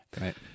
Right